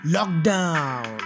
Lockdown